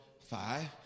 five